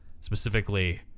Specifically